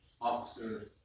officer